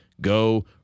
Go